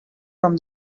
from